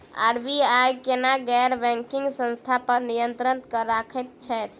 RBI केना गैर banking संस्था पर नियत्रंण राखैत छैक?